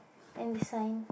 and this sign